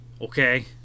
okay